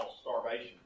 starvation